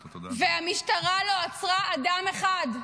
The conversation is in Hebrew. והמשטרה לא עצרה אדם אחד.